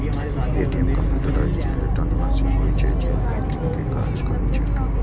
ATM computerised electronic machine होइ छै, जे बैंकिंग के काज करै छै